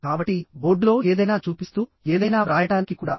కాబట్టి బోర్డులో ఏదైనా చూపిస్తూ ఏదైనా వ్రాయడానికి కూడా